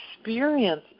experience